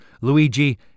Luigi